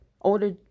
Older